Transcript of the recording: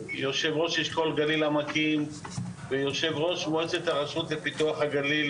יו"ר אשכול גליל העמקים ויו"ר מועצת הרשות לפיתוח הגליל,